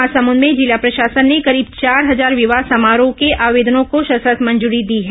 महासमुंद में जिला प्रशासन ने करीब चार हजार विवाह समारोह के आवेदनों को सशर्त मंजूरी दी है